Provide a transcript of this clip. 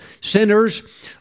Sinners